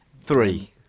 Three